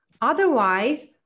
Otherwise